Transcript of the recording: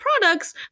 products